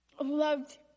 loved